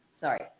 Sorry